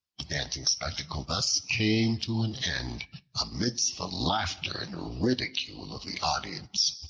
dancing spectacle thus came to an end amidst the laughter and ridicule of the audience.